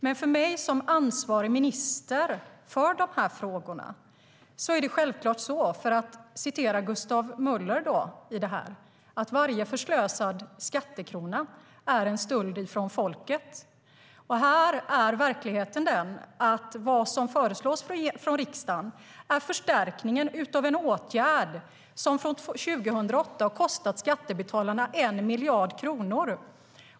Men för mig som ansvarig minister för de här frågorna är det som Gustav Möller sa: Varje förslösad skattekrona är en stöld från folket. Verkligheten är sådan att riksdagen föreslår en förstärkning av en åtgärd som från 2008 har kostat skattebetalarna 1 miljard kronor.